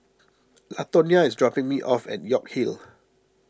Latonya is dropping me off at York Hill